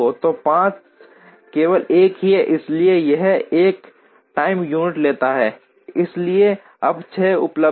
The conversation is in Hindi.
तो 5 केवल एक ही है इसलिए यह 1 टाइम यूनिट लेता है इसलिए अब 6 उपलब्ध है